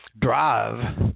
drive